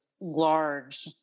large